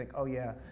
like oh yeah,